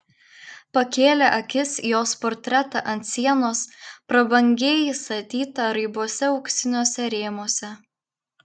pakėlė akis į jos portretą ant sienos prabangiai įstatytą raibuose auksiniuose rėmuose